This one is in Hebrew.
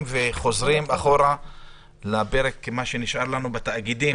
וחוזרים אחורה למה שנשאר לנו בתאגידים.